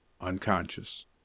unconscious